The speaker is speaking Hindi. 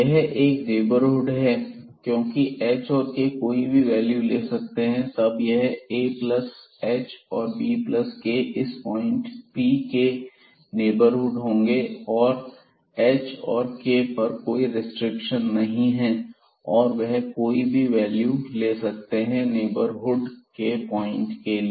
यह एक नेबरहुड है क्योंकि h और k कोई भी वैल्यू ले सकते हैं तब यह ah और bk इस पॉइंट Pab के नेबरहुड होंगे और h और k पर कोई रिस्ट्रिक्शन नहीं है और वह कोई भी वैल्यू ले सकते हैं नेबरहुड के पॉइंट के लिए